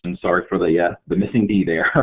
and sorry for the yeah the missing d there.